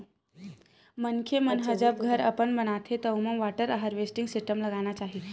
मनखे मन ह जब घर अपन बनाथे त ओमा वाटर हारवेस्टिंग सिस्टम लगाना चाही